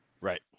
Right